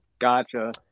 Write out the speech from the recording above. Gotcha